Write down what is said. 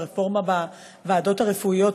הרפורמה בוועדות הרפואיות,